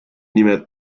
nimed